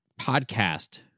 podcast